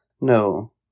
No